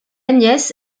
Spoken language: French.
agnès